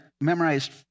memorized